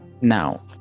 Now